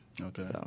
Okay